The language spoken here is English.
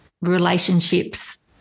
relationships